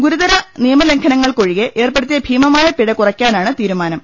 ഗുരു തര നിയമലംഘനങ്ങൾക്കൊഴികെ ഏർപ്പെടുത്തിയ ഭീമ മായ പിഴ കുറയ്ക്കാനാണ് തീരുമാനം